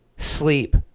Sleep